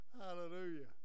Hallelujah